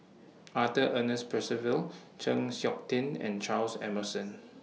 Arthur Ernest Percival Chng Seok Tin and Charles Emmerson